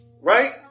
Right